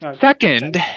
second